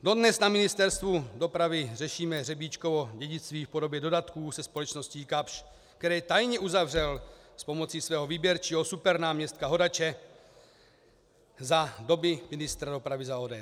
Dodnes na Ministerstvu dopravy řešíme Řebíčkovo dědictví v podobě dodatků se společností Kapsch, které tajně uzavřel s pomocí svého výběrčího supernáměstka Hodače za doby ministra dopravy za ODS.